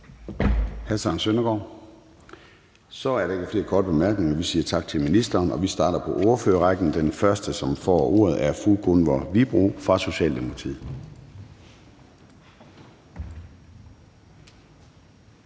Hr. Søren Søndergaard? Nej. Så er der ikke flere korte bemærkninger. Vi siger tak til ministeren, og vi starter på ordførerrækken. Den første, som får ordet, er fru Gunvor Wibroe fra Socialdemokratiet.